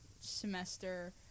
semester